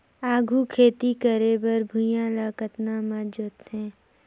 आघु खेती करे बर भुइयां ल कतना म जोतेयं?